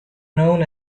known